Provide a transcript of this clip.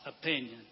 opinion